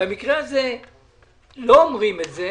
במקרה הזה לא אומרים את זה,